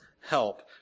help